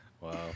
Wow